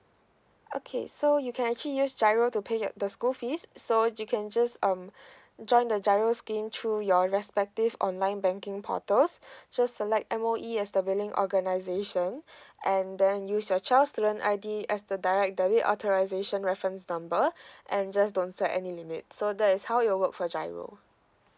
okay so you can actually use giro to pay your the school fees so you can just um join the giro scheme through your respective online banking portals just select M_O_E as the billing organisation and then use your child student I_D as the direct debit authorisation reference number and just don't set any limit so that is how it will work for giro